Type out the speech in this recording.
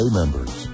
members